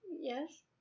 Yes